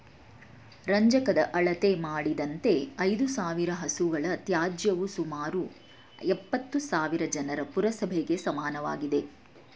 ರಂಜಕದ ಅಳತೆ ಮಾಡಿದಂತೆ ಐದುಸಾವಿರ ಹಸುಗಳ ತ್ಯಾಜ್ಯವು ಸುಮಾರು ಎಪ್ಪತ್ತುಸಾವಿರ ಜನರ ಪುರಸಭೆಗೆ ಸಮನಾಗಿದೆ